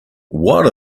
what